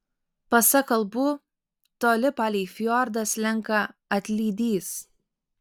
pasak kalbų toli palei fjordą slenka atlydys